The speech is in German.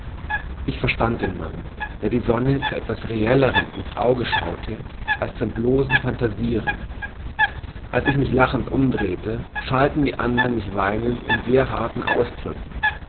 ich verstand den mann der der sonne zu etwas reellerm ins auge schaute als zum bloßen phantasieren als ich mich lachend umdrehete schalten die andern mich weinend in sehr harten ausdrücken